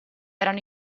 erano